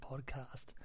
podcast